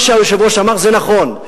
מה שהיושב-ראש אמר זה נכון.